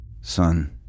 Son